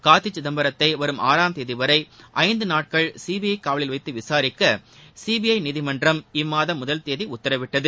கார்த்தி சிதம்பரத்தை வரும் ஆறாம் தேதிவரை ஐந்து நாட்கள் சிபிஐ காவலில் வைத்து விளரிக்க சிபிஐ நீதிமன்றம் இம்மாதம் முதல் தேதி உத்தரவிட்டது